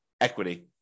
equity